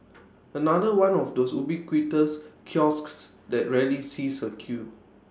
another one of those ubiquitous kiosks that rarely sees A queue